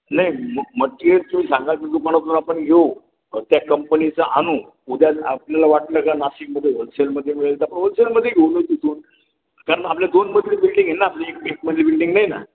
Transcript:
नाही मग मटिरयल तुम्ही सांगा ते तुम्हाला दुकानातून आपण घेऊ त्या कंपनीचा आणू उद्या आपल्याला वाटलं का नाशिकमध्ये होलसेलमध्ये मिळेल तर आपण होलसेलमध्ये घेऊ न तिथून कारण आपल्या दोन मजली बिल्डिंग आहे ना आपली एकमजली बिल्डिंग नाही ना